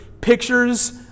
pictures